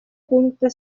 пункта